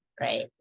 right